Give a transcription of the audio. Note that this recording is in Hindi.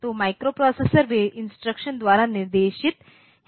तो माइक्रोप्रोसेसरों वे इंस्ट्रक्शन द्वारा निर्देशित हैं